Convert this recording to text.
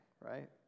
right